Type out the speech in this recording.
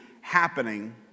happening